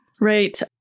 Right